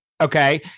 okay